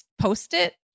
post-it